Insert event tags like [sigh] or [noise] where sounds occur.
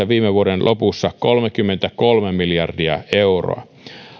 [unintelligible] viime vuoden lopussa yhteensä kolmekymmentäkolme miljardia euroa